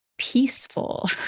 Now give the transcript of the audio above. Peaceful